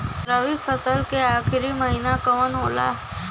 रवि फसल क आखरी महीना कवन होला?